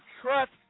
trust